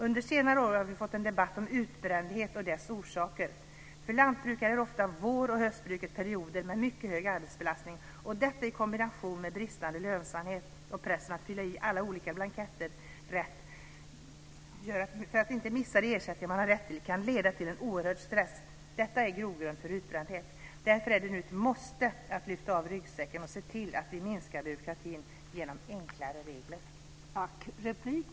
Under senare år har vi fått en debatt om utbrändhet och dess orsaker. För lantbrukare är ofta vår och höstbruket perioder med mycket hög arbetsbelastning. Detta i kombination med bristande lönsamhet och pressen att fylla i alla olika blanketter rätt, för att inte missa de ersättningar som man har rätt till, kan leda till en oerhörd stress. Detta är en grogrund för utbrändhet. Det är därför nu ett måste att lyfta av ryggsäcken och se till att byråkratin minskar genom enklare regler.